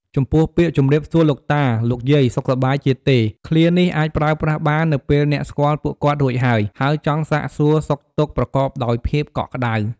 ចំពោះពាក្យ"ជម្រាបសួរលោកតា លោកយាយ សុខសប្បាយជាទេ?" ឃ្លានេះអាចប្រើប្រាស់បាននៅពេលអ្នកស្គាល់ពួកគាត់រួចហើយ ហើយចង់សាកសួរសុខទុក្ខប្រកបដោយភាពកក់ក្ដៅ។